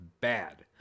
bad